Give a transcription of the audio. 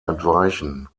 entweichen